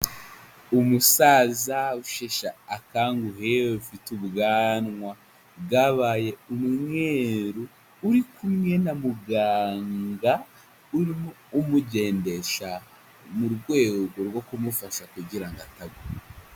Umusaza usheshakanguhe ufite ubwanwa bwabaye umweru uri kumwe na muganga, urimo umugendesha mu rwego rwo kumufasha kugira ngo atagwa.